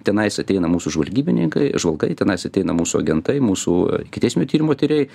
tenais ateina mūsų žvalgybininkai žvalgai tenais ateina mūsų agentai mūsų ikiteisminio tyrimo tyrėjai